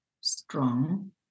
strong